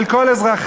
של כל אזרחיה,